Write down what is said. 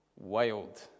wild